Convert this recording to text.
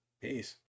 peace